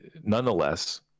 nonetheless